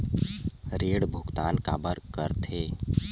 ऋण भुक्तान काबर कर थे?